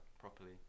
properly